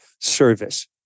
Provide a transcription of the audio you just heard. service